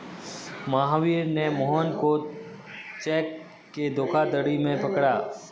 महावीर ने मोहन को चेक के धोखाधड़ी में पकड़ा